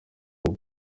ubu